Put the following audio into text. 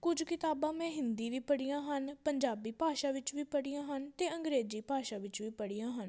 ਕੁਝ ਕਿਤਾਬਾਂ ਮੈਂ ਹਿੰਦੀ ਵੀ ਪੜ੍ਹੀਆਂ ਹਨ ਪੰਜਾਬੀ ਭਾਸ਼ਾ ਵਿੱਚ ਵੀ ਪੜ੍ਹੀਆਂ ਹਨ ਅਤੇ ਅੰਗਰੇਜ਼ੀ ਭਾਸ਼ਾ ਵਿੱਚ ਵੀ ਪੜ੍ਹੀਆਂ ਹਨ